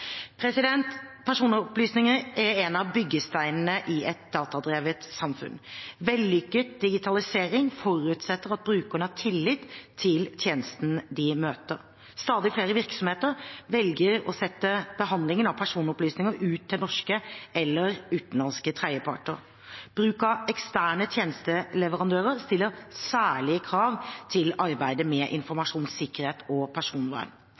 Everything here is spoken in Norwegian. Personopplysninger er en av byggesteinene i et datadrevet samfunn. Vellykket digitalisering forutsetter at brukerne har tillit til tjenestene de møter. Stadig flere virksomheter velger å sette behandlingen av personopplysninger ut til norske eller utenlandske tredjeparter. Bruk av eksterne tjenesteleverandører stiller særlige krav til arbeidet med informasjonssikkerhet og personvern.